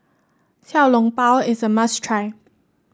Xiao Long Bao is a must try